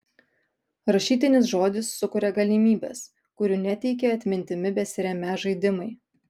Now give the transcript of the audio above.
rašytinis žodis sukuria galimybes kurių neteikė atmintimi besiremią žaidimai